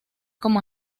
como